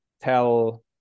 tell